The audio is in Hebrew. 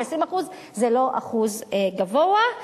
ו-20% זה לא אחוז גבוה.